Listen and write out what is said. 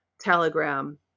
telegram